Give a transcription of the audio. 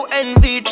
envy